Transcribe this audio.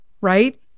right